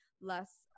less